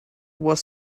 was